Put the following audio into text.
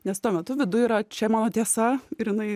nes tuo metu viduj yra čia mano tiesa ir jinai